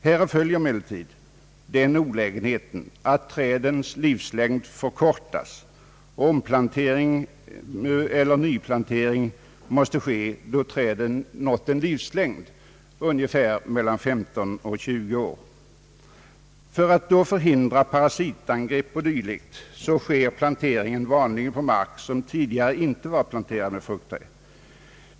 Härav följer emellertid den olägenheten att trädens livslängd förkortas, och omplantering eller nyplantering måste ske då träden nått en livslängd av mellan 15 och 20 år. För att då förhindra parasitangrepp och dylikt planterar man vanligen på mark som tidigare inte varit planterad med fruktträd.